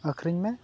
ᱟᱹᱠᱷᱨᱤᱧ ᱢᱮ